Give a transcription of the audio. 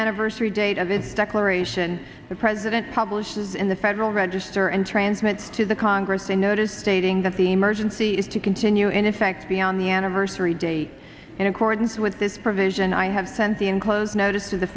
anniversary date of its declaration the president publishes in the federal register and transmits to the congress a notice stating that the emergency is to continue and in fact be on the anniversary date in accordance with this provision i have sent the enclosed notice to the